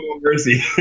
mercy